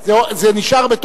אז זה הולך לרשות התכנון,